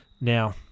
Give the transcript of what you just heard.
Now